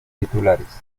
titulares